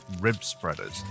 rib-spreaders